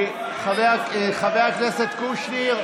חבר הכנסת קושניר,